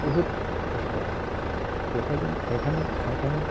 बुहुत खस्थ' जेखाइखों हाइखाङै हाइखाङै